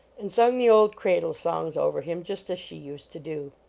and sung the old cradle songs over him just as she used to do.